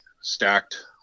stacked